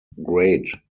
grade